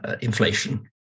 inflation